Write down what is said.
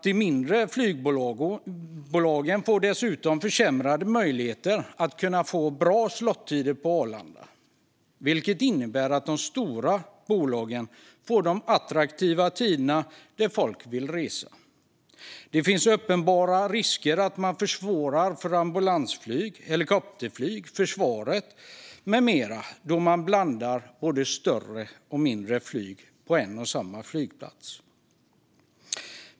De mindre flygbolagen får dessutom försämrade möjligheter att få bra slottider på Arlanda, vilket innebär att de stora bolagen får de attraktiva tiderna då folk vill resa. Det finns uppenbara risker att man försvårar för ambulansflyg, helikopterflyg, försvaret med mera då man blandar större och mindre flyg på en och samma flygplats.